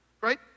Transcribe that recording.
right